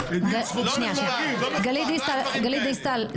------ גלית דיסאל,